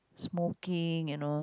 smoking you know